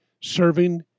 serving